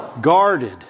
guarded